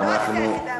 לאומנית,